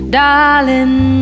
darling